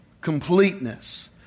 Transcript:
Completeness